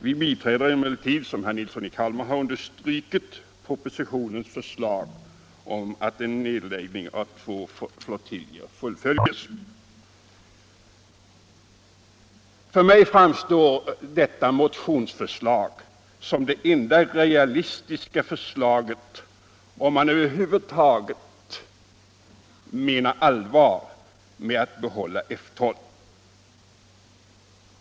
Vi biträder emellertid, som herr Nilsson i Kalmar har understrukit, propositionens förslag om att en nedläggning av två flottiljer fullföljes. För mig framstår vårt motionsförslag som det enda realistiska förslaget, om man över huvud taget menar allvar med att behålla F 12.